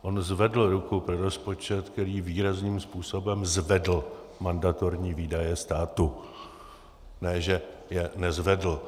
On zvedl ruku pro rozpočet, který výrazným způsobem zvedl mandatorní výdaje státu, ne že je nezvedl.